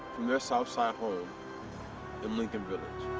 from their south side home in lincoln village.